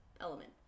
element